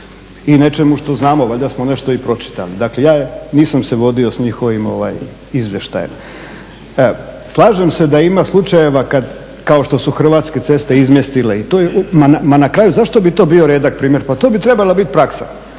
i nečemu što znamo. Valjda smo nešto i pročitali. Dakle, ja nisam se vodio s njihovim izvještajem. Slažem se da ima slučajeva kao što su Hrvatske ceste izmjestile i to je, ma na kraju zašto bi to bio redak primjer, pa to bi trebala bit praksa.